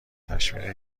تشویق